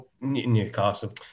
Newcastle